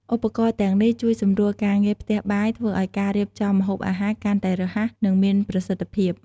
ឧបករណ៍ទាំងនេះជួយសម្រួលការងារផ្ទះបាយ ធ្វើឲ្យការរៀបចំម្ហូបអាហារកាន់តែរហ័ស និងមានប្រសិទ្ធភាព។